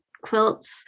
quilts